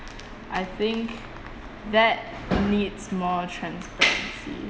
I think that needs more transparency